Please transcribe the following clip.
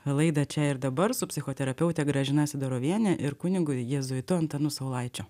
laidą čia ir dabar su psichoterapeute gražina sidoroviene ir kunigu jėzuitu antanu saulaičiu